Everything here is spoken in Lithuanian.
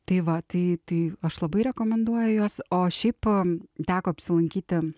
tai va tai tai aš labai rekomenduoja juos o šiaip teko apsilankyti